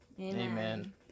Amen